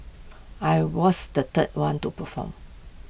I was the third one to perform